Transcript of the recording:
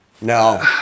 no